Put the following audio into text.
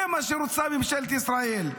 זה מה שרוצה ממשלת ישראל.